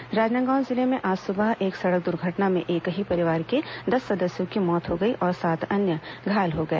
दुर्घटना राजनांदगांव जिले में आज सुबह एक सड़क दुर्घटना में एक ही परिवार के दस सदस्यों की मौत हो गई और सात अन्य घायल हो गए